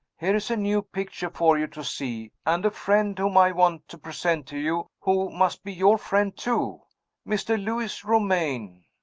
here is a new picture for you to see and a friend whom i want to present to you, who must be your friend too mr. lewis romayne.